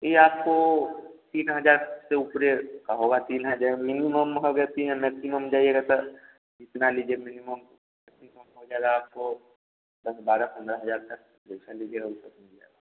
ई आपको तीन हज़ार से ऊपर का होगा तीन हज़ार मिनिमम हो गए तीन और मैक्सीमम जाइएगा तो जितना लीजिए मिनिमम मैक्सीमम हो जाएगा आपको दस बारह पन्द्रह हज़ार तक जैसा लीजिएगा वैसा मिल जाएगा